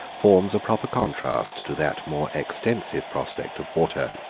forms a proper contrast to that more extensive prospect of water,